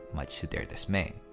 much to their dismay.